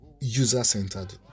user-centered